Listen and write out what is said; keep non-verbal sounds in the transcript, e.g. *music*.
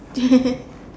*laughs*